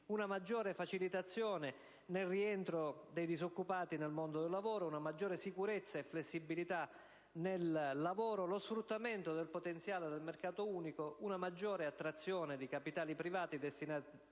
una maggiore facilitazione nel rientro dei disoccupati nel mondo del lavoro, una maggiore sicurezza e flessibilità nel lavoro, lo sfruttamento del potenziale del mercato unico, una maggiore attrazione di capitali privati destinati a finanziare la crescita, il